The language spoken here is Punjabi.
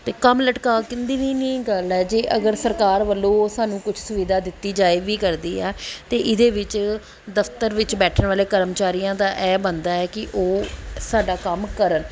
ਅਤੇ ਕੰਮ ਲਟਕਾ ਕਹਿੰਦੇ ਵੀ ਨਹੀਂ ਗੱਲ ਹੈ ਜੇ ਅਗਰ ਸਰਕਾਰ ਵੱਲੋਂ ਸਾਨੂੰ ਕੁਛ ਸੁਵਿਧਾ ਦਿੱਤੀ ਜਾਵੇ ਵੀ ਕਰਦੀ ਹੈ ਤਾਂ ਇਹਦੇ ਵਿੱਚ ਦਫ਼ਤਰ ਵਿੱਚ ਬੈਠਣ ਵਾਲੇ ਕਰਮਚਾਰੀਆਂ ਦਾ ਇਹ ਬਣਦਾ ਹੈ ਕਿ ਉਹ ਸਾਡਾ ਕੰਮ ਕਰਨ